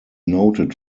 noted